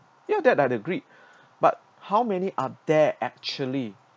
ya that I agreed but how many are they actually